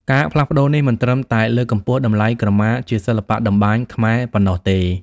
ការផ្លាស់ប្តូរនេះ មិនត្រឹមតែលើកកម្ពស់តម្លៃក្រមាជាសិល្បៈតម្បាញខ្មែរប៉ុណ្ណោះទេ។